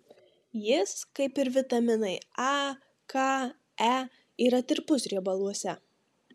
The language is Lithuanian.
jis kaip ir vitaminai a k e yra tirpus riebaluose